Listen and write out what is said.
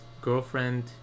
girlfriend